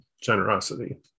generosity